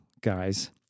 guys